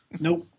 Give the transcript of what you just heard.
Nope